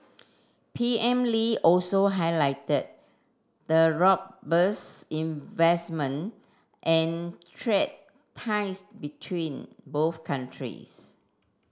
P M Lee also highlighted the robust investment and trade ties between both countries